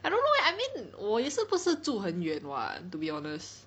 I don't know eh I mean 我也是不是住很远 [what] to be honest